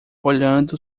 olhando